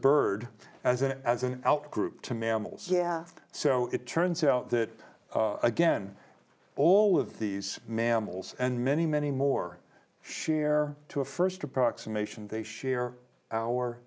bird as an as an outgroup to mammals yeah so it turns out that again all of these mammals and many many more share to a first approximation they share our